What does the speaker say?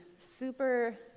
super